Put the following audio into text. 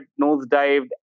nosedived